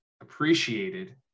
appreciated